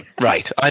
Right